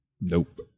Nope